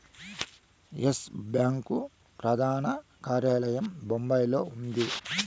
yes Bank ప్రధాన కార్యాలయం బొంబాయిలో ఉంది